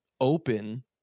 open